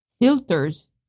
filters